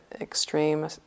extreme